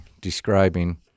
describing